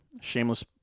Shameless